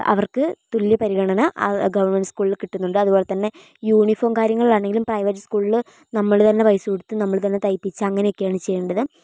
അവർക്ക് തുല്യ പരിഗണന ആ ഗവൺമെന്റ് സ്കൂളിൽ കിട്ടുന്നുണ്ട് അതുപോലെതന്നെ യൂണിഫോം കാര്യങ്ങളിലാണെങ്കിലും പ്രൈവറ്റ് സ്കൂളിൽ നമ്മൾ തന്നെ പൈസ കൊടുത്തു നമ്മൾ തന്നെ തയ്പ്പിച്ച് അങ്ങനെയൊക്കെയാണ് ചെയ്യേണ്ടത്